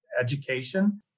education